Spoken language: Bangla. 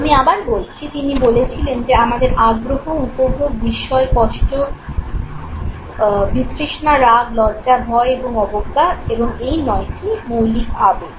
আমি আবার বলছি তিনি বলেছিলেন যে আমাদের আগ্রহ উপভোগ বিস্ময় কষ্ট বিতৃষ্ণা রাগ লজ্জা ভয় এবং অবজ্ঞা এবং এই নয়টি মৌলিক আবেগ